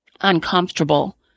uncomfortable